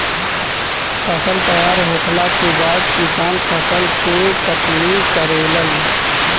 फसल तैयार होखला के बाद किसान फसल के कटनी करेलन